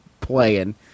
playing